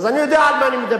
יש לי מושג על מה אני מדבר.